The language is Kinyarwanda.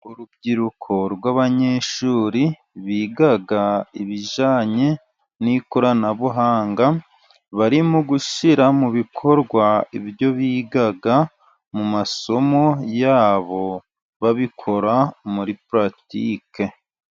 Urubyiruko rw'abanyeshuri biga ibijyanye n'ikoranabuhanga, barimo gushyira mu bikorwa ibyo biga mu masomo yabo, babikora muri puratike.